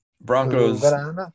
Broncos